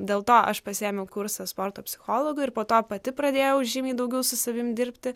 dėl to aš pasiėmiau kursą sporto psichologo ir po to pati pradėjau žymiai daugiau su savimi dirbti